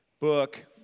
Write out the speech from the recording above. book